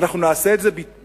אנחנו נעשה את זה בתוקף